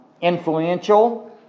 Influential